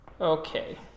Okay